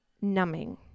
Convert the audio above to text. numbing